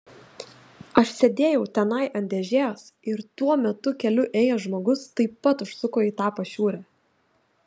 aš sėdėjau tenai ant dėžės ir tuo metu keliu ėjęs žmogus taip pat užsuko į tą pašiūrę